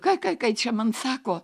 ką kai čia man sako